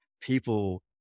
people